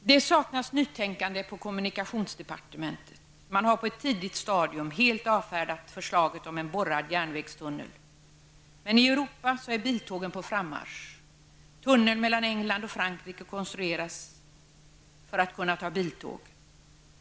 Det saknas nytänkande på kommunikationsdepartementet. Man har på ett tidigt stadium helt avfärdat förslaget om en borrad järnvägstunnel. Men i Europa är biltågen på frammarsch. En tunnel mellan England och Frankrike konstrueras för att kunna ta biltåg.